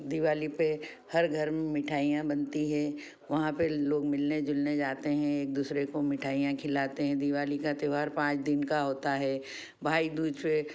दिवाली पर हर घर में मिठाइयाँ बनती है वहाँ पर लोग मिलने जुलने जाते हैं एक दूसरे को मिठाइयाँ खिलाते हैं दिवाली का त्योहार पाँच दिन का होता है भाई दूज पर